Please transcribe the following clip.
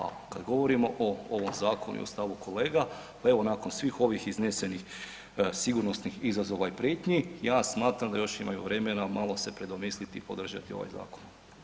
A kad govorimo o ovom zakonu i stavu kolega, pa evo nakon svih ovih iznesenih sigurnosnih izazova i prijetnji ja smatram da još imaju vremena malo se predomisliti i podržati ovaj zakon.